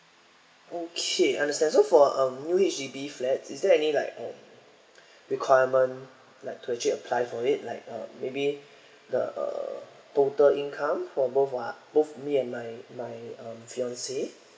okay understand so for um new H_D_B flats is there any like um requirement like to actually apply for it like uh maybe the uh total income for both uh both me and my my uh fiance